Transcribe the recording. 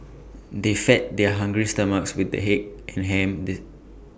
they fed their hungry stomachs with the egg and ham the